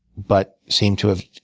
but seem to have